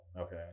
okay